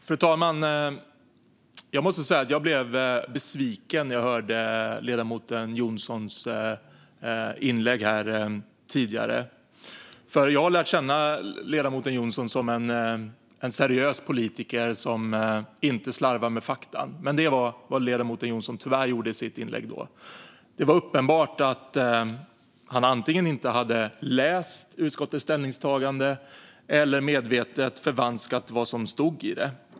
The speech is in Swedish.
Fru talman! Jag måste säga att jag blev besviken när jag hörde ledamoten Anders W Jonssons inlägg här tidigare. Jag har lärt känna honom som en seriös politiker som inte slarvar med fakta. Men det var vad ledamoten Anders W Jonsson tyvärr gjorde i sitt inlägg. Det var uppenbart att han antingen inte hade läst utskottets ställningstagande eller att han medvetet förvanskat vad som stod i det.